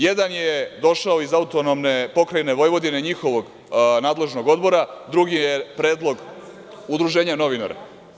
Jedan je došao iz Autonomne pokrajine Vojvodine, njihovog nadležnog odbora, drugi je predlog Udruženja novinara.